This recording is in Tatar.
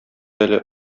әле